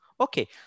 Okay